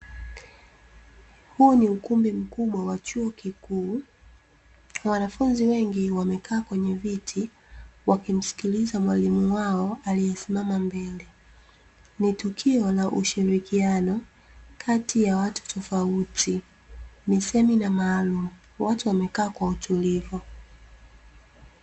Huu ni ukumbi mkubwa wa chuo kikuu wanafunzi wengi wamekaa kwenye viti wakimsikiliza mwalimu wao aliyesimama mbele, ni tukio na ushirikiano kati ya watu tofauti, ni semina maalumu watu wamekaa kwa utulivu.